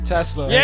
Tesla